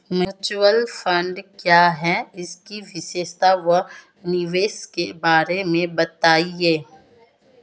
Mutual fund क्या है इसकी विशेषता व निवेश के बारे में बताइये?